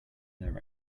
their